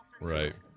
right